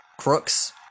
Crooks